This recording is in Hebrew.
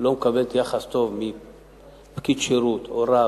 לא מקבלת יחס טוב מפקיד שירות או מרב